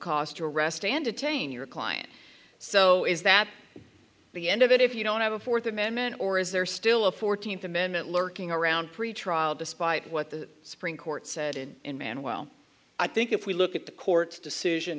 cause to arrest and detain your client so is that the end of it if you don't have a fourth amendment or is there still a fourteenth amendment lurking around pretrial despite what the supreme court said and in man well i think if we look at the court's decision